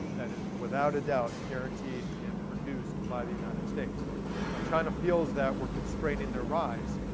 that is without a doubt guaranteed and produced by the united states. now china feels that we're constraining their rise.